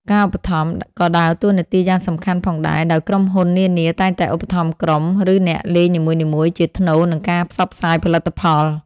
ការឧបត្ថម្ភ ក៏ដើរតួនាទីយ៉ាងសំខាន់ផងដែរ ដោយក្រុមហ៊ុននានាតែងតែឧបត្ថម្ភក្រុម ឬអ្នកលេងនីមួយៗជាថ្នូរនឹងការផ្សព្វផ្សាយផលិតផល។